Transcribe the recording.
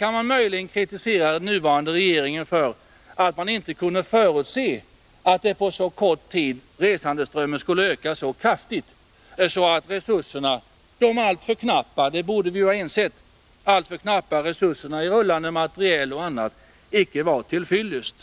Man kan möjligen kritisera den nuvarande regeringen för att den inte kunde förutse att resandeströmmen skulle öka så kraftigt på så kort tid, så att de knappa resurserna — vi borde ha insett att de var alltför knappa - i fråga om rullande materiel och annat icke var till fyllest.